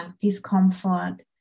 discomfort